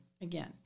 again